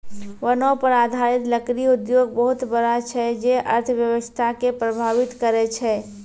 वनो पर आधारित लकड़ी उद्योग बहुत बड़ा छै जे अर्थव्यवस्था के प्रभावित करै छै